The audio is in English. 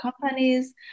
companies